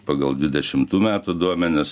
pagal dvidešimtų metų duomenis